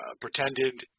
pretended